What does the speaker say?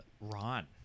Ron